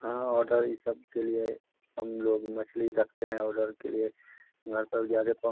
हाँ ऑर्डर ई सबके लिए हम लोग मछली रखते हैं ऑर्डर के लिए घर पर ज्यादा पहों